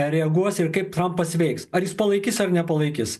reaguos ir kaip trampas veiks ar jis palaikys ar nepalaikys